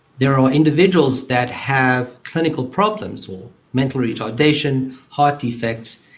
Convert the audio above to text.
there are individuals that have clinical problems or mental retardation, heart defects,